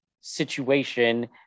situation